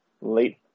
late